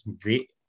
great